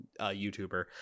youtuber